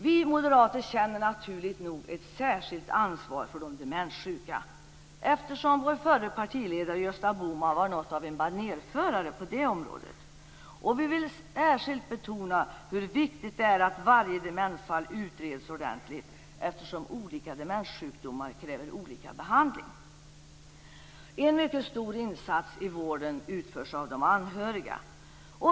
Vi moderater känner naturligt nog ett särskilt ansvar för de demenssjuka, eftersom vår förre partiledare Gösta Bohman var något av en banerförare på det området. Vi vill särskilt betona hur viktigt det är att varje demensfall utreds ordentligt, eftersom olika demenssjukdomar kräver olika behandling. En mycket stor insats i vården utförs av de anhöriga.